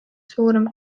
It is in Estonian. suurem